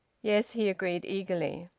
yes, he agreed eagerly.